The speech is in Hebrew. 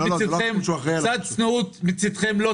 קצת צניעות מצדכם.